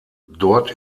dort